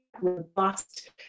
Robust